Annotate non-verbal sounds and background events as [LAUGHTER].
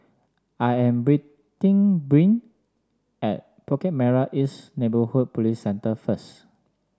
I am [UNINTELLIGIBLE] Bryn at Bukit Merah East Neighbourhood Police Centre first